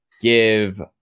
give